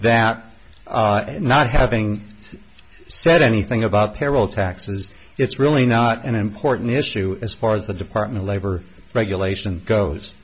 that not having said anything about payroll taxes it's really not an important issue as far as the department of labor regulation